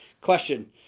question